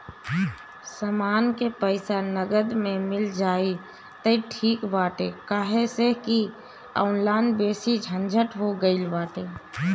समान के पईसा नगद में मिल जाई त ठीक बाटे काहे से की ऑनलाइन बेसी झंझट हो गईल बाटे